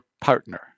partner